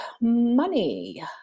money